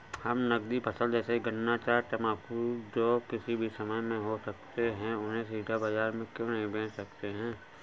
हम नगदी फसल जैसे गन्ना चाय तंबाकू जो किसी भी समय में हो सकते हैं उन्हें सीधा बाजार में क्यो नहीं बेच सकते हैं?